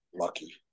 lucky